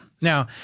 Now